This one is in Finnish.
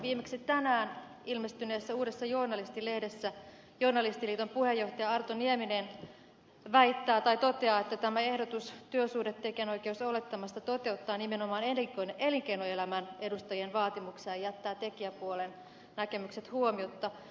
viimeksi tänään ilmestyneessä uudessa journalisti lehdessä journalistiliiton puheenjohtaja arto nieminen toteaa että tämä ehdotus työsuhdetekijänoikeusolettamasta toteuttaa nimenomaan elinkeinoelämän edustajien vaatimuksia ja jättää tekijäpuolen näkemykset huomiotta